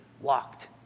walked